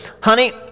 Honey